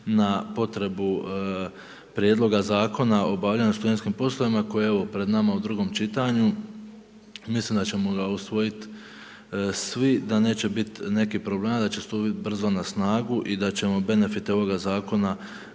na potrebu Prijedloga zakona o obavljanju studentskim poslovima koje je evo pred nama u drugom čitanju. Mislim da ćemo ga usvojiti svi, da neće biti nekih problema, da će stupiti brzo na snagu i da ćemo benefite ovoga zakona